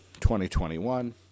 2021